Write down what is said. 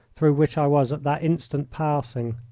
through which i was at that instant passing.